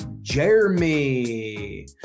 Jeremy